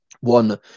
one